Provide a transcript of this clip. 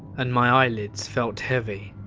and my eyelids felt heavy,